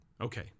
Okay